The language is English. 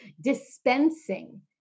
dispensing